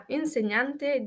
insegnante